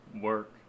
work